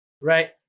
Right